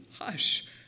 Hush